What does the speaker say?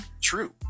true